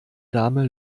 dame